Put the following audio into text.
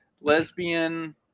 lesbian